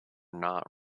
not